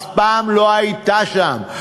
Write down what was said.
אף פעם לא הייתה שם.